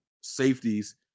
safeties